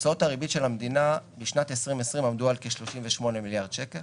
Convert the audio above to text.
הוצאות הריבית של המדינה בשנת 2020 עמדו על כ-38 מיליארד שקל